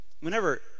whenever